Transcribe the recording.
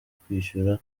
kwishyura